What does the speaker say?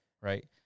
Right